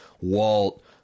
Walt